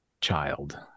child